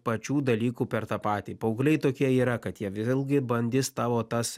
pačių dalykų per tą patį paaugliai tokie yra kad jie vėlgi bandys tavo tas